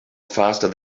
faster